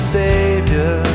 savior